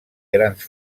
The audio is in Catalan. grans